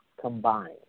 combined